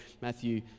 Matthew